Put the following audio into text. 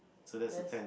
so that's the